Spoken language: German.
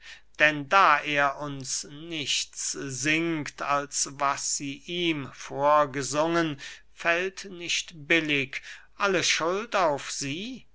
denn da er uns nichts singt als was sie ihm vorgesungen fällt nicht billig alle schuld auf sie